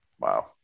wow